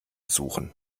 suchen